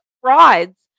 frauds